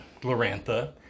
Glorantha